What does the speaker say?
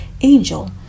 angel